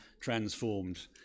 transformed